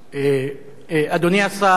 אדוני השר,